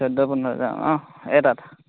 চৈধ্য পোন্ধৰ হাজাৰ অঁ এটাত